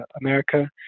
America